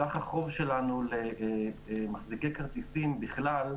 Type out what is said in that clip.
סך החוב שלנו למחזיקי כרטיסים בכלל,